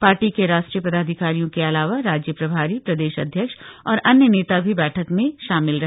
party के राष्ट्रीय पदाधिकारियों के अलावा राज्य प्रभारी प्रदेश अध्यक्ष और अन्य नेता भी बैठक में शामिल रहे